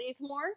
more